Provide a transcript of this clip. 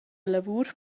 lavur